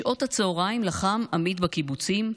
משעות הצוהריים לחם עמית בקיבוצים,